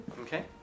Okay